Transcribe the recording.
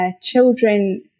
children